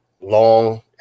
long